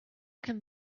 can